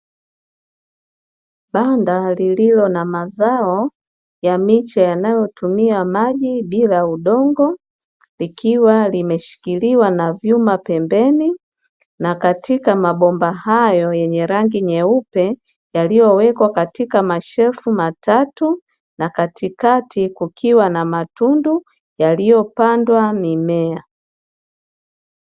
Banda lililo na mazao ya miche yanayotumia maji bila udongo ikiwa limeshikiliwa na vyuma pembeni na katika mabomba hayo yenye rangi nyeupe, yaliyowekwa katika mashelfu matatu na katikati kukiwa na matundu yaliyopandwa mimea.